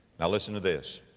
now listen to this.